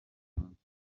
bufaransa